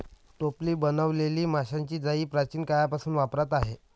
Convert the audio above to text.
टोपली बनवलेली माशांची जाळी प्राचीन काळापासून वापरात आहे